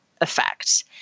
effect